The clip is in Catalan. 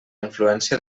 influència